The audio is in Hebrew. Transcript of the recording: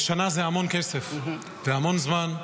ושנה זה המון כסף והמון זמן,